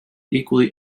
equally